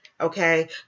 okay